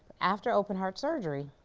after open heart surgery,